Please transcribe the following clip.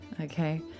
okay